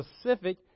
specific